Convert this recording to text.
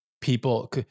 people